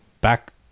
back